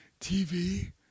TV